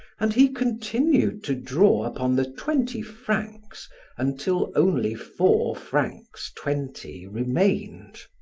and he continued to draw upon the twenty francs until only four francs twenty remained.